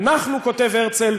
אנו" כותב הרצל,